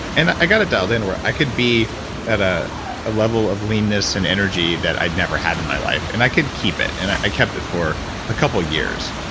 and i got it dialed in where i could be at ah a level of leanness and energy that i'd never had in my life, and i could keep it. and i kept it for a couple years.